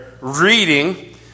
reading